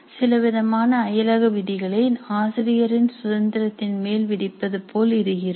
சிலவிதமான அயலக விதிகளை ஆசிரியரின் சுதந்திரத்தின் மேல் விதிப்பது போல் இது இருக்கும்